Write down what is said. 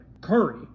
Curry